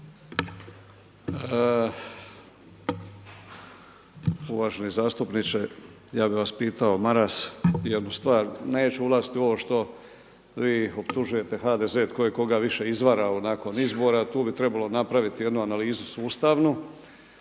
Uvaženi zastupniče Maras. Ja bih vas pitao jednu stvar, neću ulaziti u ovo što vi optužujete HDZ tko je koga više izvarao nakon izbora. Tu bi trebalo napraviti jednu analizu sustavu